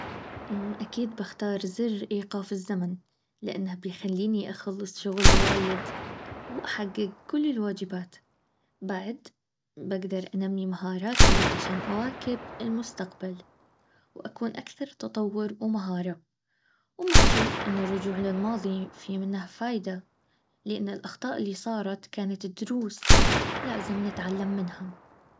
اكيد بختار زر ايقاف الزمن لانه بيخليني اخلص شغل وايد واحقق كل الواجبات. بعد بقدر انمي مهاراتي عشان اواكب المستقبل واكون اكثر تطور ومهارة وما اشوف انه الرجوع للماضي في منه فايده لأن الاخطاء اللي صارت كانت الدروس لازم نتعلم منها